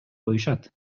коюшат